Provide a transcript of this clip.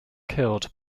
killed